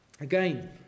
Again